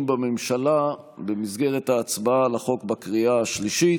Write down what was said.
בממשלה במסגרת ההצבעה על החוק בקריאה השלישית,